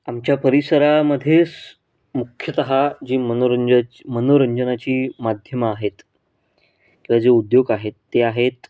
आमच्या परिसरामध्ये मुख्यतः जी मनोरंजाची मनोरंजनाची माध्यमं आहेत किंवा जे उद्योग आहेत ते आहेत